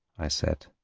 i said,